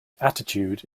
attitude